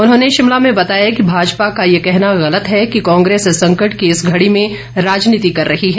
उन्होंने शिमला में बताया कि भाजपा का ये कहना गलत है कि कांग्रेस संकट की इस घड़ी में राजनीति कर रही है